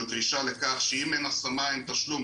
זה דרישה לכך שאם אין השמה אין תשלום,